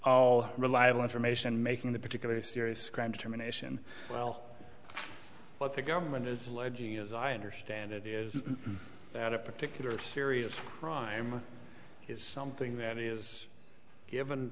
all reliable information making the particularly serious crime determination well what the government is alleging as i understand it is that a particular series of crime is something that is given